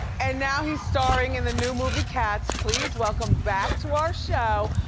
and now he's starring in the new movie, cats, please welcome back to our show,